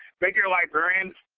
bigger librarians.